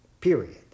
Period